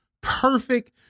perfect